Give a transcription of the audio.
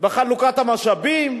בחלוקת המשאבים,